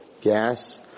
gas